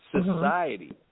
society